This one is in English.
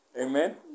amen